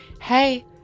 hey